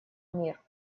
мир